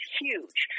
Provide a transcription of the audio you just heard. huge